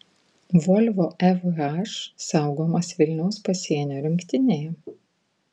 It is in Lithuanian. volvo fh saugomas vilniaus pasienio rinktinėje